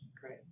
Great